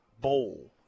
bowl